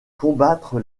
combattre